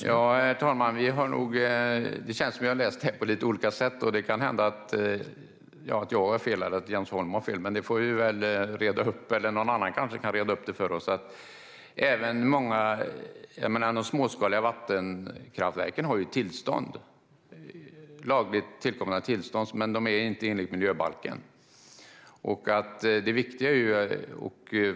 Herr talman! Det känns som att vi har läst detta på lite olika sätt. Det kan hända att jag har fel eller att Jens Holm har fel. Det får vi väl reda upp - eller kanske kan någon annan reda upp det för oss? Även de småskaliga vattenkraftverken har ju lagligt tillkomna tillstånd, men dessa är inte enligt miljöbalken.